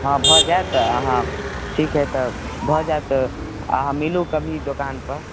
हँ भऽ जायत अहाँ ठीक हइ तऽ भऽ जायत अहाँ मिलू कभी दोकानपर